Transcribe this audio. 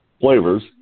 flavors